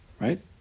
Right